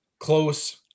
Close